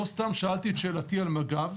לא סתם שאלתי את שאלתי על מג"ב,